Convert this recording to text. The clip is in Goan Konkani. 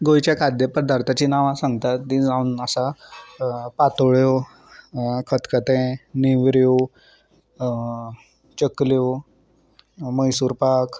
गोंयच्या खाद्य पदार्थाची नांव सांगतात तीं जावन आसा पातोळ्यो खतखतें नेवऱ्यो चकल्यो मैसूर पाक